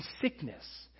sickness